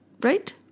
Right